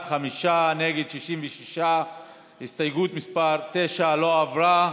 בעד חמישה, נגד, 66. הסתייגות מס' 9 לא עברה.